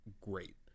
great